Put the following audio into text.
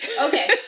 okay